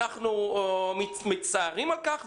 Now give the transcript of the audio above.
אנחנו מצטערים על כך,